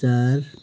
चार